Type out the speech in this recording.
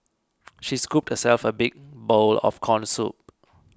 she scooped herself a big bowl of Corn Soup